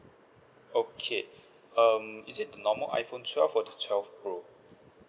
okay um is it the normal iphone twelve or the twelve pro